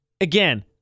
again